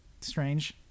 strange